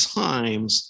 times